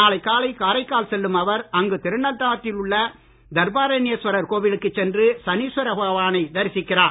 நாளை காலை காரைக்கால் செல்லும் அவர் அங்கு திருநள்ளாற்றில் உள்ள தர்பாரண்யேஸ்வரர் கோவிலுக்கு சென்று சனீஸ்வர பகவானை தரிசிக்கிறார்